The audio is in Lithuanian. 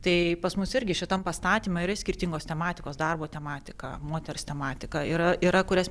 tai pas mus irgi šitam pastatymui yra skirtingos tematikos darbo tematika moters tematika yra yra kurias